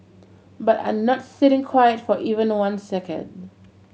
but are not sitting quiet for even one second